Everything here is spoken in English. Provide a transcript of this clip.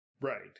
Right